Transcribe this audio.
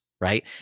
right